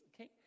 okay